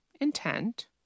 intent